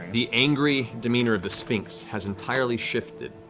the angry demeanor of the sphinx has entirely shifted.